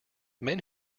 men